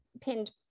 pinned